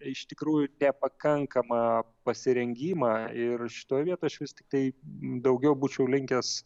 iš tikrųjų nepakankamą pasirengimą ir šitoj vietoj aš vis tiktai daugiau būčiau linkęs